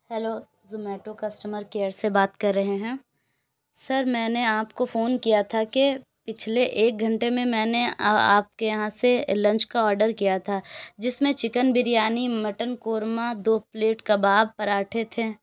hello Zomato customer care سے بات کر رہے ہیں سر میں نے آپ کو فون کیا تھا کہ پچھلے ایک گھنٹے میں میں نے آپ کے یہاں سے لنچ کا آڈر کیا تھا جس میں چکن بریانی مٹن قورمہ دو پلیٹ کباب پراٹھے تھے